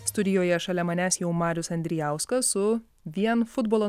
studijoje šalia manęs jau marius andrijauskas su vien futbolo